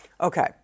Okay